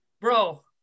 bro